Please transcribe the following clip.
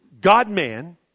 God-man